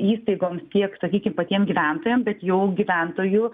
įstaigoms tiek sakykim patiem gyventojam bet jau gyventojų